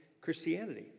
Christianity